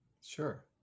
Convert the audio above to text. sure